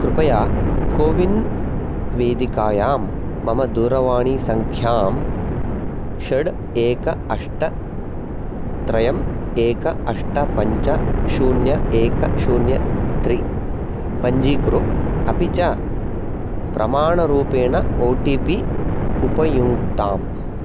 कृपया कोविन् वेदिकायां मम दूरवाणीसङ्ख्यां षट् एक अष्ट त्रयं एक अष्ट पञ्च शून्य एक शून्य त्राणि पञ्जीकुरु अपि च प्रमाणरूपेण ओ टि पि उपयुङ्क्ताम्